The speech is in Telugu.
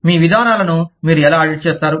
మీ విధానాలను మీరు ఎలా ఆడిట్ చేస్తారు